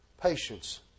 patience